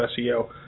SEO